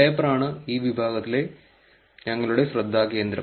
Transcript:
പേപ്പറാണ് ഈ വിഭാഗത്തിലെ ഞങ്ങളുടെ ശ്രദ്ധാകേന്ദ്രം